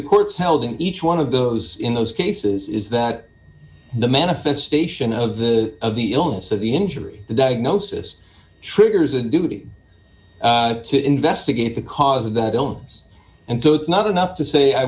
the courts held in each one of those in those cases is that the manifestation of the of the illness of the injury the diagnosis triggers a duty to investigate the cause of the don't and so it's not enough to say i